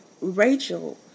Rachel